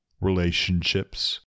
relationships